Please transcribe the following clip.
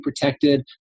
protected